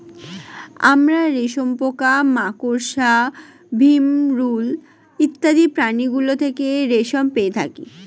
আমরা রেশম পোকা, মাকড়সা, ভিমরূল ইত্যাদি প্রাণীগুলো থেকে রেশম পেয়ে থাকি